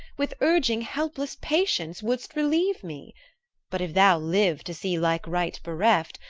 with urging helpless patience would relieve me but if thou live to see like right bereft,